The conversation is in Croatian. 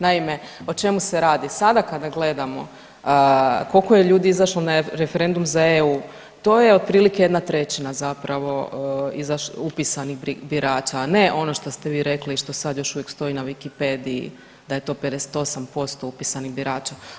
Naime, o čemu se radi, sada kada gledamo koliko je ljudi izašlo na referendum za EU to je otprilike 1/3 zapravo upisanih birača, a ne ono što ste vi rekli i što sad još uvijek stoji na Wikipedii da je to 58% upisanih birača.